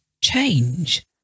change